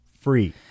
free